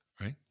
right